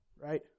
right